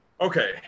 Okay